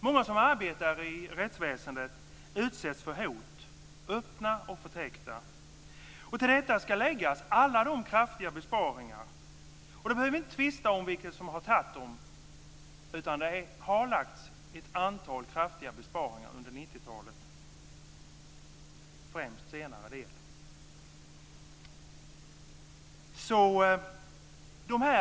Många som arbetar i rättsväsendet utsätts för hot, öppna och förtäckta. Till detta ska läggas alla kraftiga besparingar. Vi behöver inte tvista om vilka som har antagit dem. Det har gjorts ett antal kraftiga besparingar under främst den senare delen av 90-talet.